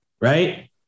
right